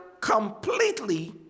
completely